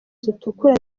zitukura